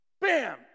Bam